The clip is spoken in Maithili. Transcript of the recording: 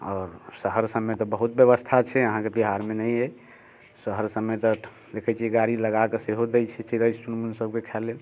आओर शहर सबमे तऽ बहुत व्यवस्था छै अहाँकेँ बिहारमे नहि एहि शहर सबमे तऽ देखैत छियै गाड़ी लगा कऽ सेहो दै छै चिड़ै चुनमुनी सबके खाय लेल